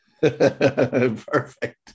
Perfect